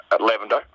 lavender